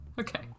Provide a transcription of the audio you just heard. Okay